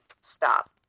stop